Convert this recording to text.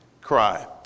cry